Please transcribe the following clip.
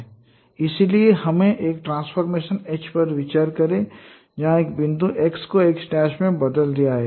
इसलिए हमें एक ट्रांसफॉर्मेशन H पर विचार करें जहां एक बिंदु X को X' में बदल दिया जाए